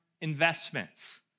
investments